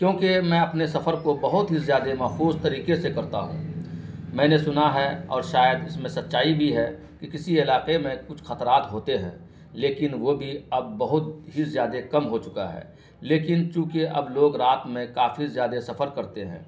کیونکہ میں اپنے سفر کو بہت ہی زیادہ محفوظ طریقے سے کرتا ہوں میں نے سنا ہے اور شاید اس میں سچائی بھی ہے کہ کسی علاقے میں کچھ خطرات ہوتے ہیں لیکن وہ بھی اب بہت ہی زیادہ کم ہو چکا ہے لیکن چونکہ اب لوگ رات میں کافی زیادہ سفر کرتے ہیں